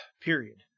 Period